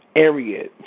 area